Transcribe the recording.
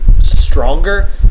stronger